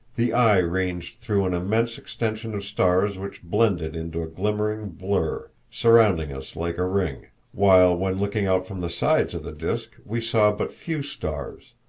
the eye ranged through an immense extension of stars which blended into a glimmering blur, surrounding us like a ring while when looking out from the sides of the disk we saw but few stars,